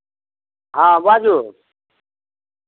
हँ बाजू